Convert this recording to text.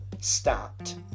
stopped